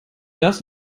das